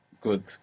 Good